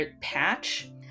Patch